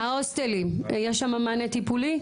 ההוסטלים, יש שם מענה טיפולי?